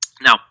Now